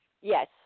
Yes